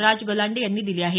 राज गलांडे यांनी दिली आहे